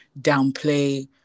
downplay